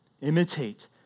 Imitate